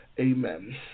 Amen